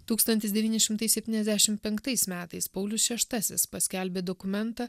tūkstantis devyni šimtai septyniasdešimt penktais metais paulius šeštasis paskelbė dokumentą